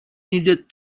needed